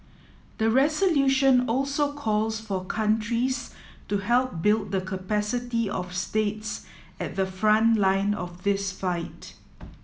the resolution also calls for countries to help build the capacity of states at the front line of this fight